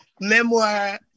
Memoir